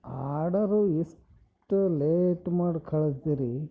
order ಎಷ್ಟು late ಮಾಡಿ ಕಳ್ಸೀರಿ